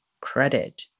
credit